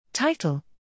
Title